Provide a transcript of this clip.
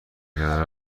کردن